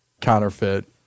counterfeit